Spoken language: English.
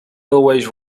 always